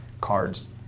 cards